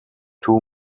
two